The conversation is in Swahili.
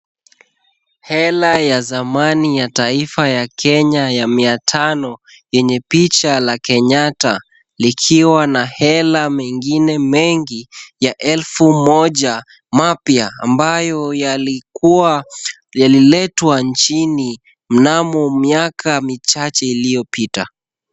Hela ya zamani ya taifa ya Kenya ya mia tano yenye picha la Kenyatta likiwa na hela mengine mengi ya elfu moja mapya ambayo yalikuwa yaliletwa nchini mnamo miaka michache iliyopita.